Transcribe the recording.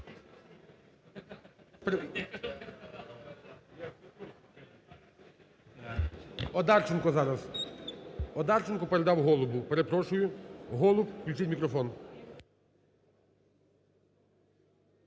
Одарченко зараз. Одарченко передав Голубу. Перепрошую, Голуб. Включіть мікрофон.